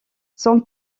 son